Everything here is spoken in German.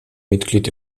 mitglied